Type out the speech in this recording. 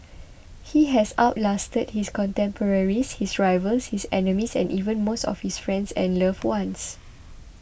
he has out lasted his contemporaries his rivals his enemies and even most of his friends and loved ones